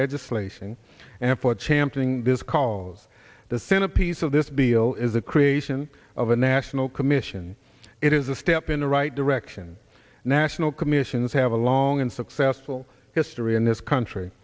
legislation and for championing this calls the centerpiece of this deal is the creation of a national commission it is a step in the right direction national commissions have a long and successful history in this country